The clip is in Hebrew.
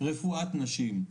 אלא 'רפואת נשים',